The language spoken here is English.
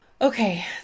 Okay